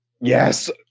Yes